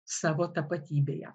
savo tapatybėje